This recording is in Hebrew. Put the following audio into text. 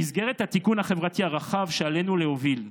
במסגרת התיקון החברתי הרחב שעלינו להוביל,